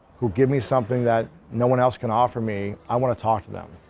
who give me something that no one else can offer me, i wanna talk to them,